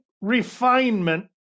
refinement